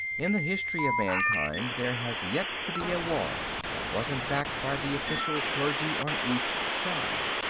in the history of mankind there has yet to be a war that wasn't backed by the official clergy on each side.